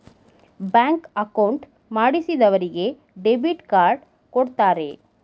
bank account ಮಾಡಿಸಿದರಿಗೆ debit card ಕೊಡ್ತಾರೆ